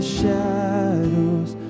shadows